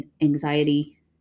anxiety